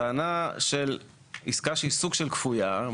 היא טענה של עסקה שהיא סוג של כפויה,